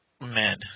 men